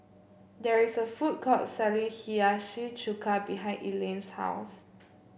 there is a food court selling Hiyashi Chuka behind Elaine's house